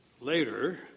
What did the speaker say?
Later